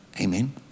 Amen